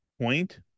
point